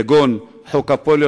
כגון חוק הפוליו,